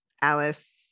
Alice